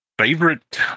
Favorite